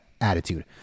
attitude